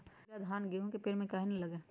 कीरा धान, गेहूं के पेड़ में काहे न लगे?